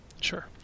Sure